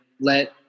let